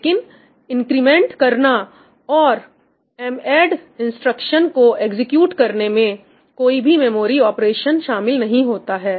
लेकिन इंक्रीमेंट करना और madd इंस्ट्रक्शन को एग्जीक्यूट करने में कोई भी मेमोरी ऑपरेशन शामिल नहीं होता है